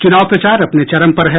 चुनाव प्रचार अपने चरम पर है